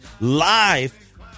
live